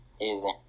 Easy